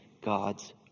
God's